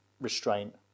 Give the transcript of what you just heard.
restraint